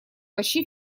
почти